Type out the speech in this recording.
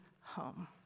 home